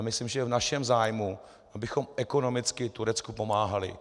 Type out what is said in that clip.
Myslím, že je v našem zájmu, abychom ekonomicky Turecku pomáhali.